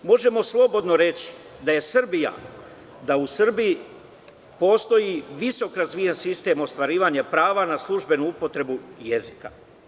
Možemo slobodno reći da u Srbiji postoji razvijen visok sistem ostvarivanja prava na službenu upotrebu jezika.